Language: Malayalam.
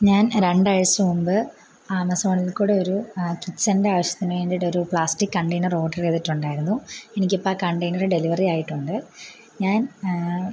ഞാൻ രണ്ടാഴ്ച മുൻപ് ആമസോണിൽ കൂടെ ഒരു കിച്ചണിൻ്റെ ആവശ്യത്തിന് വേണ്ടിയിട്ടൊരു പ്ലാസ്റ്റിക്ക് കണ്ടൈനർ ഓർഡർ ചെയ്തിട്ടുണ്ടായിരുന്നു എനിക്കിപ്പം ആ കണ്ടൈനർ ഡെലിവറി ആയിട്ടുണ്ട് ഞാൻ